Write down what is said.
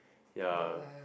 ya